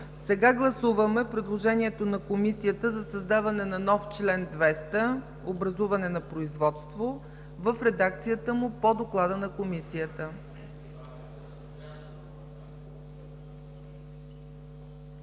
Гласуваме предложението на Комисията за създаване на нов чл. 200 – „Образуване на производство”, в редакцията му по доклада на Комисията.